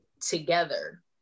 together